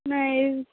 నా ఏజ్